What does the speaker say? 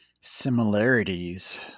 similarities